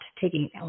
taking